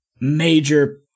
major